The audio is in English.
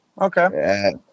Okay